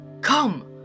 come